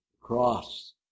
Cross